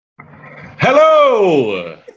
hello